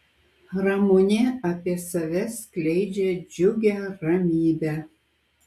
ramunė apie save skleidžia džiugią ramybę